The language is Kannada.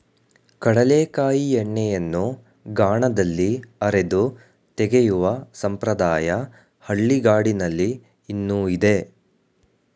ಕಡಲೆಕಾಯಿ ಎಣ್ಣೆಯನ್ನು ಗಾಣದಲ್ಲಿ ಅರೆದು ತೆಗೆಯುವ ಸಂಪ್ರದಾಯ ಹಳ್ಳಿಗಾಡಿನಲ್ಲಿ ಇನ್ನೂ ಇದೆ